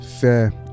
fair